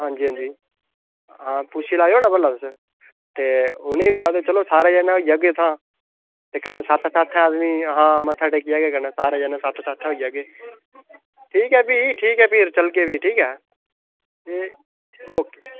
हां जी हां जी पुच्छी लैएओ न भला तुस ते उनेईं बी जाह्गे इत्थै सारे जने होई जाह्गे तां ते कन्नै साथें साथें आदमी मत्था टेकियै आई जाह्गे ता सारे जने साथें साथें होई जाह्गे ठीक ऐ फ्ही ठीक ऐ चलगे फ्ही ठीक ऐ एह् ओके